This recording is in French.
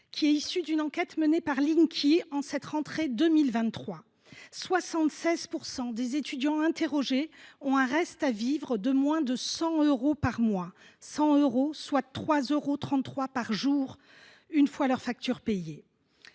édifiant, issu d’une enquête menée par Linkee en cette rentrée 2023 : 76 % des étudiants interrogés ont un « reste à vivre » de moins de 100 euros par mois, soit 3,33 euros par jour, une fois leurs factures payées.